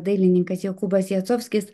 dailininkas jokūbas jacovskis